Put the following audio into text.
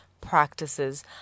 practices